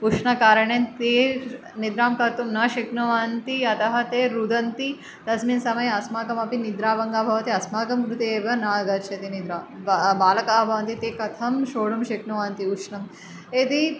उष्णकारणे ते निद्रां कर्तुं न शक्नुवन्ति अतः ते रुदन्ति तस्मिन् समये अस्माकमपि निद्राभङ्गं भवति अस्माकं कृते एव नागच्छति निद्रा बा बालकाः भवन्ति ते कथं शोडुं शक्नुवन्ति उष्णं यदि